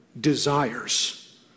desires